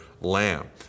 lamb